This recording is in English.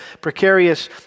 precarious